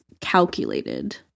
calculated